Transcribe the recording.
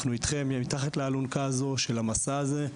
אנחנו אתכם מתחת לאלונקה הזו של המסע הזה,